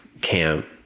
camp